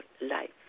life